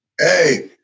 Hey